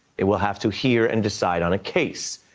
it will have to hear and decide on a case.